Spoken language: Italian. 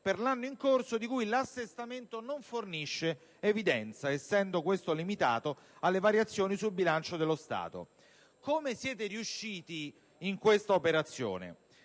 per l'anno in corso, di cui l'assestamento non fornisce evidenza, essendo questo limitato alle variazioni sul bilancio dello Stato. Siete riusciti in questa operazione